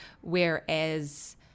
whereas